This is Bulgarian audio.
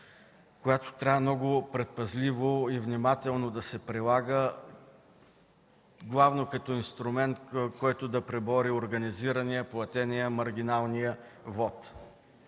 която трябва много предпазливо и внимателно да се прилага – главно като инструмент, който да пребори организирания, платения, маргиналния вот.